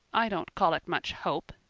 i don't call it much hope,